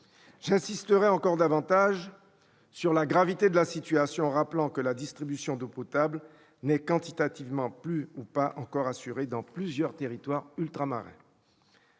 J'insisterai encore davantage sur la gravité de la situation en rappelant que la distribution d'eau potable n'est quantitativement plus- ou pas encore -assurée dans plusieurs territoires ultramarins-